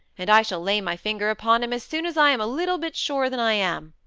and i shall lay my finger upon him as soon as i am a little bit surer than i am.